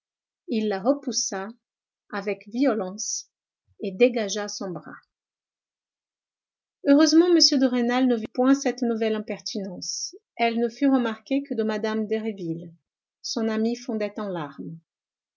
il la repoussa avec violence et dégagea son bras heureusement m de rênal ne vit point cette nouvelle impertinence elle ne fut remarquée que de mme derville son amie fondait en larmes